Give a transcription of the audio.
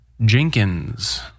Jenkins